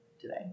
today